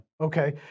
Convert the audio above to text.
Okay